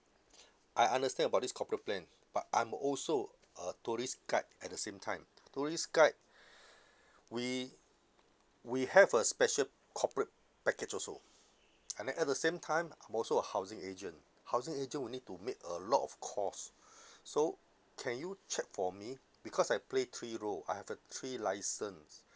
I understand about this corporate plan but I'm also a tourist guide at the same time tourist guide we we have a special corporate package also and then at the same time I'm also a housing agent housing agent would need to make a lot of calls so can you check for me because I play three role I have uh three licence